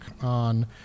on